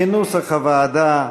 כנוסח הוועדה,